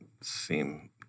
seem